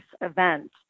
event